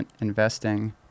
investing